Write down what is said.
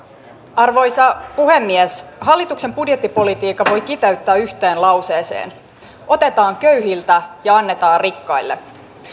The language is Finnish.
arvoisa puhemies hallituksen budjettipolitiikan voi kiteyttää yhteen lauseeseen otetaan köyhiltä ja annetaan rikkaille